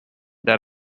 that